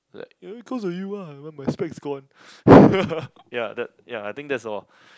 like eh cause of you ah why my specs gone ya the ya I think that's all